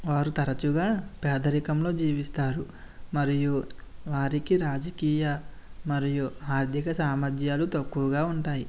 వారు తరచుగా పేదరికంలో జీవిస్తారు మరియు వారికి రాజకీయ మరియు ఆర్థిక సామర్థ్యాలు తక్కువగా ఉంటాయి